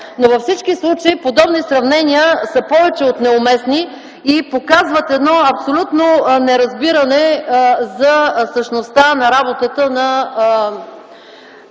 Във всички случаи подобни сравнения са повече от неуместни и показват едно абсолютно неразбиране за същността на работата на